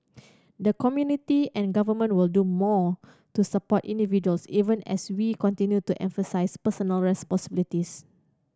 the community and government will do more to support individuals even as we continue to emphasise personal responsibility